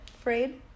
frayed